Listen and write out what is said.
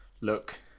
look